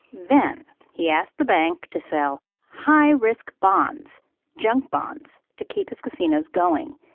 then he asked the bank to sell high-risk bonds junk bonds to keep his casinos going.